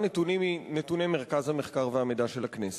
נתונים מנתוני מרכז המחקר והמידע של הכנסת: